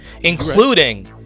Including